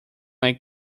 might